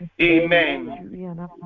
amen